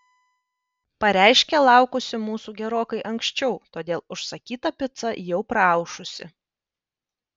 pareiškė laukusi mūsų gerokai anksčiau todėl užsakyta pica jau praaušusi